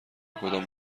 کدام